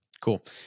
cool